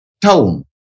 Town